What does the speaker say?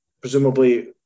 presumably